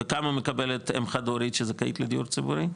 וכמה מקבלת אם חד הורית שזכאית לדיור ציבורי?